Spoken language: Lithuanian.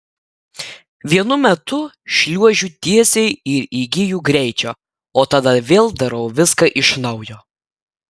vienu metu šliuožiu tiesiai ir įgyju greičio o tada vėl darau viską iš naujo